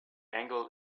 angel